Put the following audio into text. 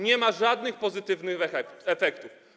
Nie ma żadnych pozytywnych efektów.